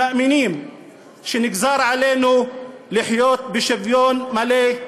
שמאמינים שנגזר עלינו לחיות בשוויון מלא,